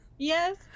Yes